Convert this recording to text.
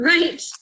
Right